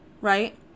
right